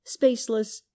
spaceless